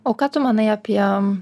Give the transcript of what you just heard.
o ką tu manai apie